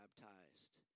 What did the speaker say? baptized